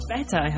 Better